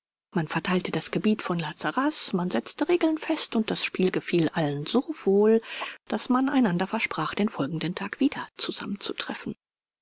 man verteilte das gebiet von la sarraz man setzte regeln fest und das spiel gefiel allen so wohl daß man einander versprach den folgenden tag wieder